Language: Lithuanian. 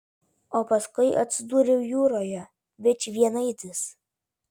o paskui atsidūriau jūroje vičvienaitis